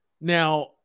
now